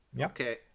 Okay